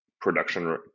production